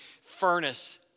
furnace